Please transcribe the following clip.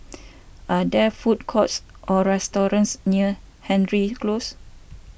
are there food courts or restaurants near Hendry Close